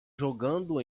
jogando